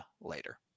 later